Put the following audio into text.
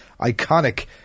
iconic